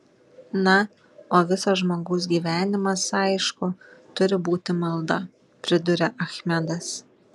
na o visas žmogaus gyvenimas aišku turi būti malda priduria achmedas